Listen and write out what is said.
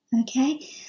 okay